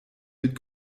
mit